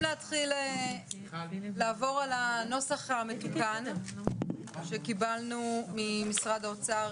להתחיל לעבור על הנוסח המתוקן שקיבלנו ממשרד האוצר